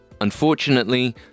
Unfortunately